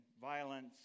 violence